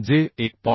जे 1